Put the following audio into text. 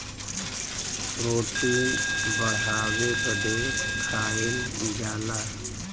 protein बढ़ावे बदे खाएल जाला